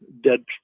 dead